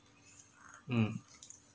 mm